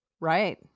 Right